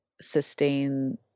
sustain